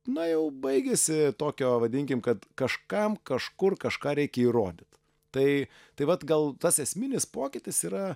na jau baigėsi tokio vadinkim kad kažkam kažkur kažką reikia įrodyt tai tai vat gal tas esminis pokytis yra